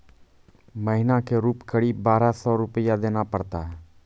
महीना के रूप क़रीब बारह सौ रु देना पड़ता है?